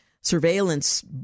surveillance